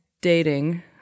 dating